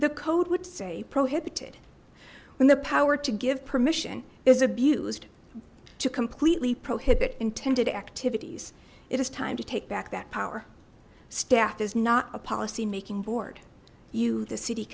the code would say prohibited when the power to give permission is abused to completely prohibit intended activities it is time to take back that power staff is not a policymaking board you the city